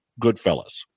Goodfellas